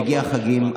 כשיגיעו החגים,